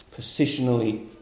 Positionally